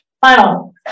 final